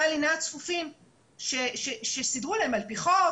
הלינה הצפופים שסידרו להם על פי חוק,